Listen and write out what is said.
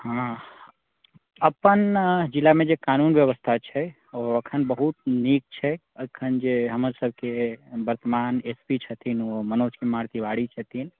हँ अपन जिलामे जे कानून व्यवस्था छै ओ अखन बहुत नीक छै अखन जे हमर सभके वर्तमान एस पी छथिन ओ मनोज कुमार तिवारी छथिन